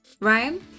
right